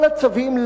כל הצווים,